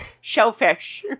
Shellfish